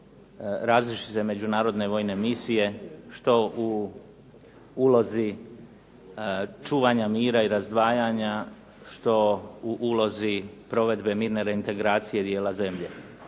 različite međunarodne vojne misije, što u ulozi čuvanja mira i razdvajanja, što u ulozi provedbe mirne reintegracije dijela zemlje.